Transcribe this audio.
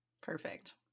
Perfect